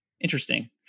Interesting